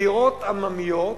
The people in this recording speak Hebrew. דירות עממיות,